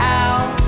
out